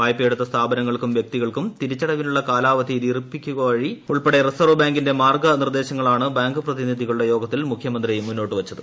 വായ്പയെടുത്ത സ്ഥാപനങ്ങൾക്കും വൃക്തികൂൾക്കും തിരിച്ചടവിനുള്ള കാലാവധി ദീർഘിപ്പിക്കുക ഉൾപ്പെടെ റിസർവ്ബ്ലാങ്കിന്റെ മാർഗ നിർദേശങ്ങളാണ് ബാങ്ക് പ്രതിനിധികളുട്ടെ ്യോഗത്തിൽ മുഖ്യമന്ത്രി മുന്നോട്ടുവെച്ചത്